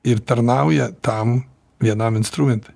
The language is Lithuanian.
ir tarnauja tam vienam instrumentui